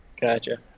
Gotcha